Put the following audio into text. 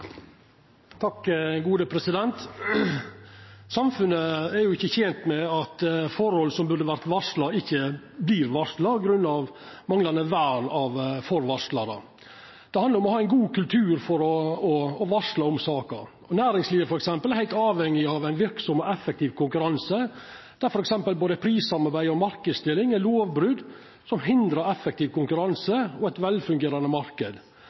ikkje tent med at forhold som burde ha vore varsla, ikkje vert varsla grunna manglande vern for varslarar. Det handlar om å ha ein god kultur for å varsla om saker. For eksempel næringslivet er heilt avhengig av ein verksam og effektiv konkurranse der f.eks. både prissamarbeid og marknadsdeling er lovbrot som hindrar effektiv konkurranse og ein velfungerande